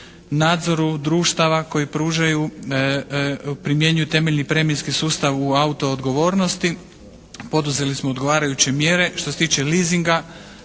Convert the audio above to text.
nadzoru društava koji pružaju, primjenjuju temeljni premijski sustav u auto odgovornosti. Poduzeli smo odgovarajuće mjere. Što se tiče lizinga